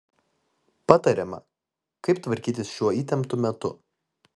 patariama kaip tvarkytis šiuo įtemptu metu